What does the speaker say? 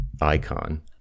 icon